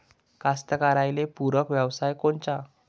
कास्तकाराइले पूरक व्यवसाय कोनचा?